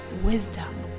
wisdom